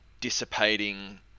dissipating